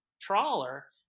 trawler